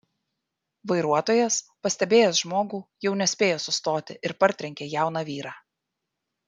vairuotojas pastebėjęs žmogų jau nespėjo sustoti ir partrenkė jauną vyrą